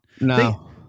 No